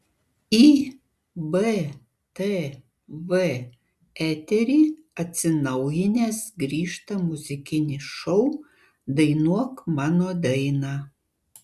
į btv eterį atsinaujinęs grįžta muzikinis šou dainuok mano dainą